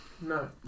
No